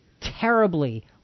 terribly